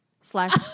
Slash